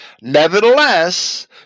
Nevertheless